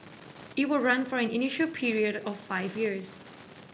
it will run for an initial period of five years